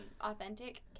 authentic